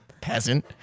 peasant